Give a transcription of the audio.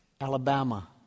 Alabama